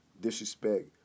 disrespect